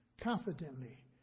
confidently